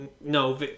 No